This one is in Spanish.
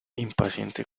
impaciente